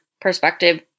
perspective